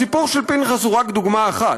הסיפור של פנחס הוא רק דוגמה אחת,